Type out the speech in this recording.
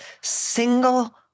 single